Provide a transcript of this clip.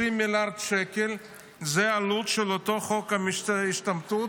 30 מיליארד שקל הם עלות אותו חוק השתמטות,